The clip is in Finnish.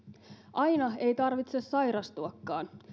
aina ei tarvitse sairastuakaan vaan